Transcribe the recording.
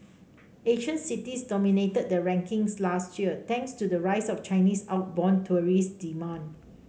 Asian cities dominated the rankings last year thanks to the rise of Chinese outbound tourism demand